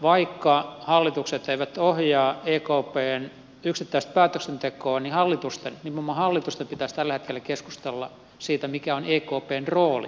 vaikka hallitukset eivät ohjaa ekpn yksittäistä päätöksentekoa niin hallitusten nimenomaan hallitusten pitäisi tällä hetkellä keskustella siitä mikä on ekpn rooli